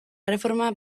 erreforma